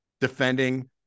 defending